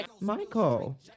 Michael